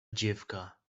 dziewka